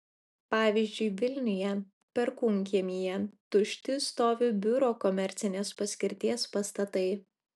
pavyzdžiui vilniuje perkūnkiemyje tušti stovi biuro komercinės paskirties pastatai